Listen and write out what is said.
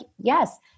yes